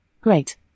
Great